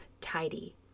tidy